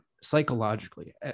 psychologically